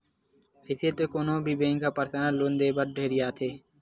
अइसे तो कोनो भी बेंक ह परसनल लोन देय बर ढेरियाथे